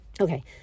Okay